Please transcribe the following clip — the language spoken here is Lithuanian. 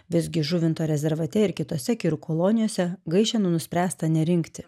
visgi žuvinto rezervate ir kitose kirų kolonijose gaišenų nuspręsta nerinkti